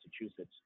Massachusetts